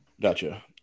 Gotcha